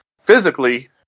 physically